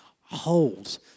Hold